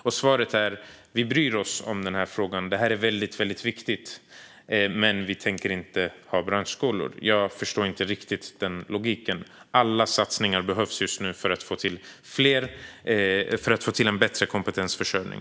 Och svaret är alltså att regeringen bryr sig om den här frågan och att den är väldigt viktig, men man vill inte ha branschskolor. Jag förstår inte riktigt den logiken. Alla satsningar behövs just nu för att få till en bättre kompetensförsörjning.